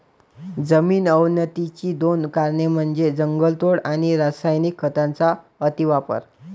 जमीन अवनतीची दोन कारणे म्हणजे जंगलतोड आणि रासायनिक खतांचा अतिवापर